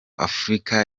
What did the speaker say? afurika